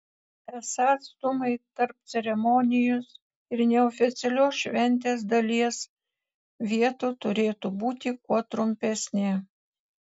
esą atstumai tarp ceremonijos ir neoficialios šventės dalies vietų turėtų būti kuo trumpesni